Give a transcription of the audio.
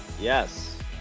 Yes